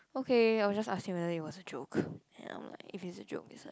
okay I'll just ask him whether if it was a joke and I'm like if it is a joke it's like